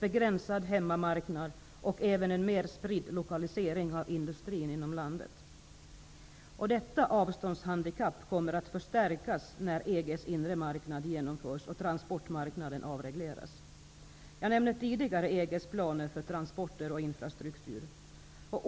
Vår hemmamarknad är begränsad, och lokaliseringen av industrin är mera spridd än i landet i övrigt. Avståndshandikappet kommer att förstärkas när EG:s inre marknad öppnas och transportmarknaden avregleras. Jag nämnde tidigare EG:s planer för transporter och infrastruktur.